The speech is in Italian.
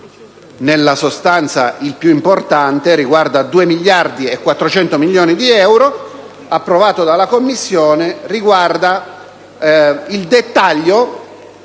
nella sostanza il più importante (2 miliardi e 400 milioni di euro), approvato dalla Commissione, riguarda il dettaglio